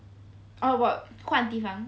or what 换地方